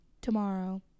tomorrow